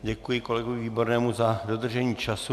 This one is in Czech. Děkuji kolegovi Výbornému za dodržení času.